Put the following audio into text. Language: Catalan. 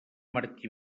martí